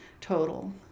total